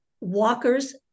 walkers